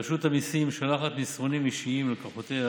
רשות המיסים שולחת מסרונים אישיים ללקוחותיה